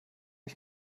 ich